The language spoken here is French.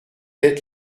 être